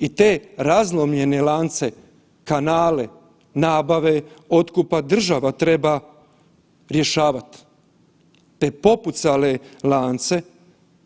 I te razlomljene lance, kanale nabave otkupa država treba rješavat, te popucale lance